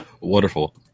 Wonderful